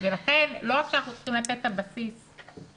לכן לא רק שאנחנו צריכים לתת את הבסיס הגבוה,